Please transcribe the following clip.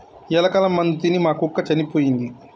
ఎలుకల మందు తిని మా కుక్క చనిపోయింది